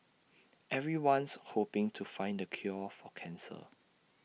everyone's hoping to find the cure for cancer